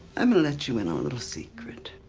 i'm gonna let you in on a little secret.